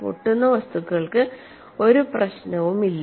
പൊട്ടുന്ന വസ്തുക്കൾക്ക് ഒരു പ്രശ്നവുമില്ല